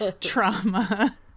trauma